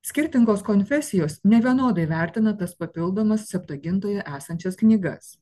skirtingos konfesijos nevienodai vertina tas papildomas septuagintoje esančias knygas